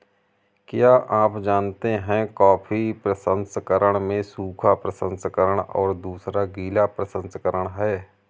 क्या आप जानते है कॉफ़ी प्रसंस्करण में सूखा प्रसंस्करण और दूसरा गीला प्रसंस्करण है?